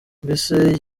mbese